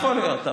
יכול להיות,